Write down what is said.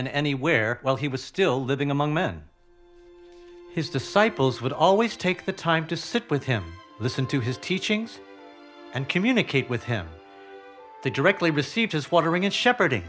anywhere while he was still living among men his disciples would always take the time to sit with him listen to his teachings and communicate with him the directly received his wandering in shepherd